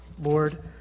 Lord